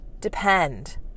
depend